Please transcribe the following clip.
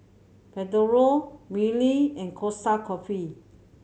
Pedro Mili and Costa Coffee